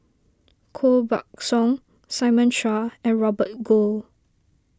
Koh Buck Song Simon Chua and Robert Goh